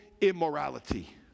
immorality